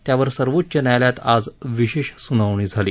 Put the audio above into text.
त्यावर सर्वोच्च न्यायालयात आज विशेष सुनावणी झाली